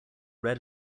red